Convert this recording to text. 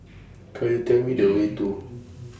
Could YOU Tell Me The Way to